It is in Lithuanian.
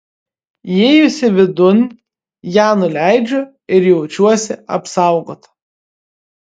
įėjusi vidun ją nuleidžiu ir jaučiuosi apsaugota